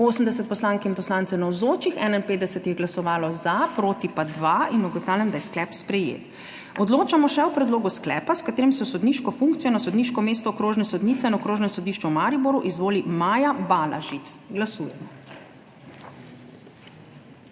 80 poslank in poslancev navzočih, 51 je glasovalo za, proti pa 2. (Za je glasovalo 51.) (Proti 2.) In ugotavljam, da je sklep sprejet. Odločamo še o predlogu sklepa, s katerim se v sodniško funkcijo na sodniško mesto okrožne sodnice na Okrožnem sodišču v Mariboru izvoli Maja Balažic. Glasujemo.